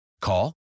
Call